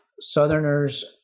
Southerners